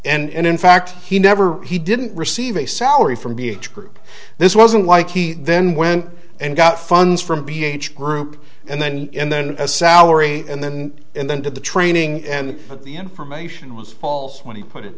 with and in fact he never he didn't receive a salary from b h group this wasn't like he then went and got funds from ph group and then in then a salary and then and then did the training and the information was false when he put it